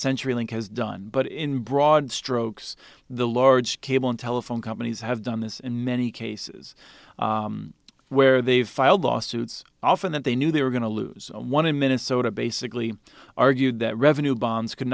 century link has done but in broad strokes the large cable and telephone companies have done this in many cases where they've filed lawsuits often that they knew they were going to lose one in minnesota basically argued that revenue bonds could